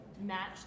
match